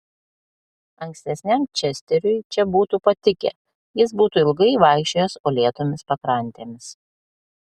ankstesniam česteriui čia būtų patikę jis būtų ilgai vaikščiojęs uolėtomis pakrantėmis